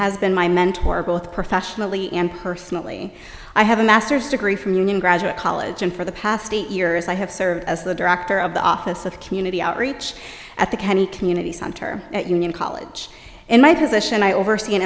has been my mentor both professionally and personally i have a master's degree from union graduate college and for the past eight years i have served as the director of the office of community outreach at the county community center at union college in my position i oversee